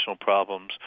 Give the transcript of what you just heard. problems